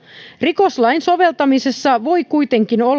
rikoslain soveltamisessa voi kuitenkin olla